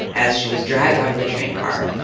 as she was dragged out of the train car,